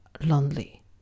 lonely